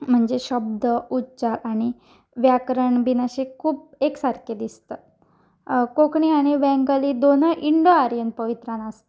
म्हणजे शब्द उच्चार आनी व्याकरण बीन अशें खूब एक सारकें दिसता कोंकणी आनी बँंगाली दोनूय इंडो आर्यन पवित्रान आसता